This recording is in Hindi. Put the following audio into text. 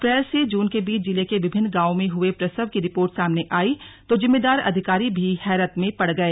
अप्रैल से जून के बीच जिले के विभिन्न गांवों में हुए प्रसव की रिपोर्ट सामने आई तो जिम्मेदार अधिकारी भी हैरत में पड़ गए